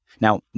Now